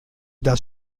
das